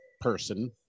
person